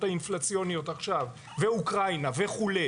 האינפלציוניות עכשיו ואוקראינה וכו',